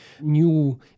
new